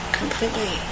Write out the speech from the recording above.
completely